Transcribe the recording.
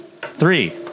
Three